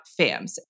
FAMs